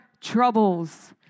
troubles